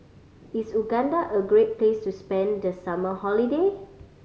is Uganda a great place to spend the summer holiday